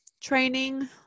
training